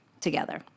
together